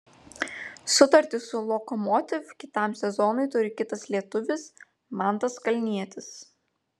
sutartį su lokomotiv kitam sezonui turi kitas lietuvis mantas kalnietis